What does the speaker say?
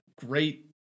great